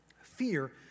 Fear